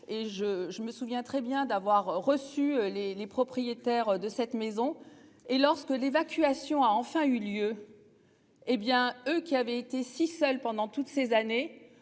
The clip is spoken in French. je, je me souviens très bien d'avoir reçu les, les propriétaires de cette maison et lorsque l'évacuation a enfin eu lieu. Hé bien eux qui avaient été si seul pendant toutes ces années